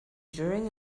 during